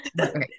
Okay